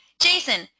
Jason